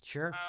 Sure